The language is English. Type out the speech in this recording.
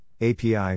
API